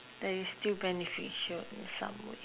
that is still beneficial in some way